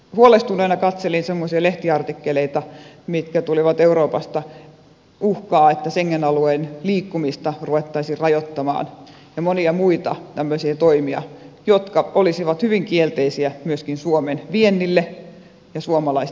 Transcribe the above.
huolestuneena katselin semmoisia lehtiartikkeleita mitkä tulivat euroopasta uhkaa että schengen alueen liikkumista ruvettaisiin rajoittamaan ja monia muita tämmöisiä toimia jotka olisivat hyvin kielteisiä myöskin suomen viennin ja suomalaisten työllisyyden kannalta